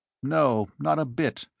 no, not a bit.